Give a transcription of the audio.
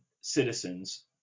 citizens